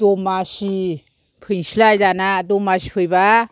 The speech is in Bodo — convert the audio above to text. दमासि फैसैलाय दाना दमासि फैबा